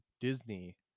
Disney